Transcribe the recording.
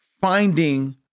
finding